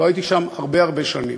לא הייתי שם הרבה הרבה שנים,